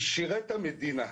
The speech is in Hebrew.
שירת את המדינה.,